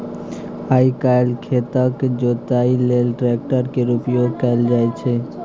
आइ काल्हि खेतक जोतइया लेल ट्रैक्टर केर प्रयोग कएल जाइ छै